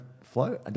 flow